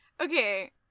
Okay